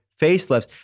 facelifts